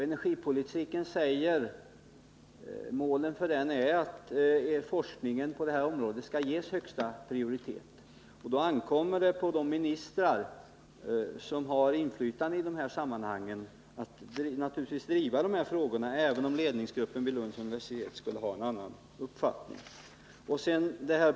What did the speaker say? Ett av målen för den politiken är att forskningen skall ges högsta prioritet, och då ankommer det naturligtvis på de ministrar som har inflytande i de här sammanhangen att driva dessa frågor, även om ledningsgruppen vid Lunds universitet i det här fallet skulle ha en annan uppfattning.